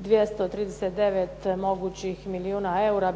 239 mogućih milijuna eura